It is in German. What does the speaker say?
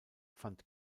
fand